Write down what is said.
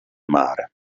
mare